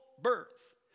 birth